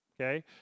okay